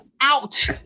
Out